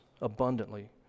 abundantly